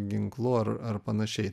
ginklu ar ar panašiai